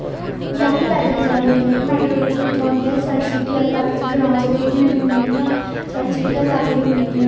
जां फिर पैदल जंदे होंदे है मेटाडोरा बी कुत्थै होंदी ही साढ़ी सिटी आहले इलाके च ग्रां च ओह्बी नेईं ही होंदियां साढ़ी सिटी आहले इलाके च होंदियां हियां